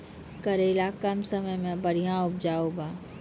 करेला कम समय मे बढ़िया उपजाई बा?